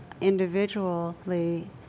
individually